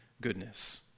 goodness